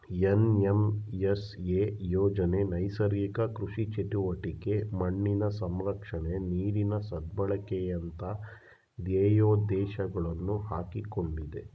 NMSA ಯೋಜನೆ ನೈಸರ್ಗಿಕ ಕೃಷಿ ಚಟುವಟಿಕೆ, ಮಣ್ಣಿನ ಸಂರಕ್ಷಣೆ, ನೀರಿನ ಸದ್ಬಳಕೆಯಂತ ಧ್ಯೇಯೋದ್ದೇಶಗಳನ್ನು ಹಾಕಿಕೊಂಡಿದೆ